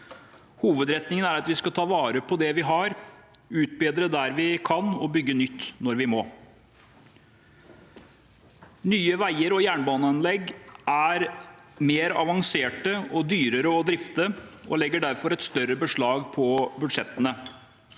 Hovedretningen er at vi skal ta vare på det vi har, utbedre der vi kan og bygge nytt når vi må. Nye veier og jernbaneanlegg er mer avanserte og dyrere å drifte og legger derfor et større beslag på budsjettene.